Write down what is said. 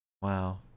Wow